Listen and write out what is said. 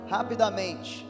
Rapidamente